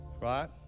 Right